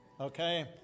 okay